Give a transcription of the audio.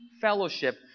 fellowship